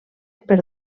per